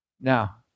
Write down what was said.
Now